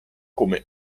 come